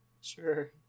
Sure